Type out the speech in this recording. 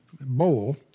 bowl